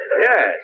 Yes